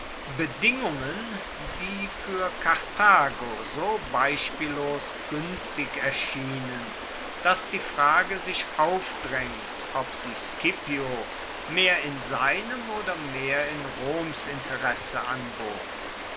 bedingungen die fuer karthago so beispiellos guenstig erscheinen dass die frage sich aufdraengt ob sie scipio mehr in seinem oder mehr in roms interesse anbot